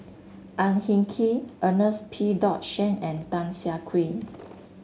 Ang Hin Kee Ernest P dot Shank and Tan Siah Kwee